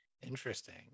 Interesting